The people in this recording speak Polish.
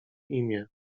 imię